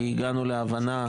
והגענו להבנה.